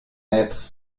être